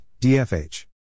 DFH